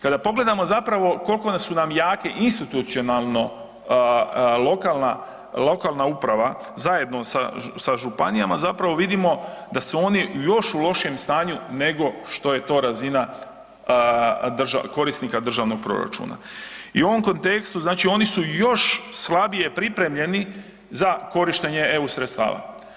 Kada pogledamo zapravo koliko su nam jake institucionalno lokalna uprava zajedno sa županijama, zapravo vidimo da su oni u još lošijem stanju nego što je to razina korisnika državnog proračuna i u ovom kontekstu znači oni su još slabije pripremljeni za korištenje EU sredstava.